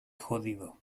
jodido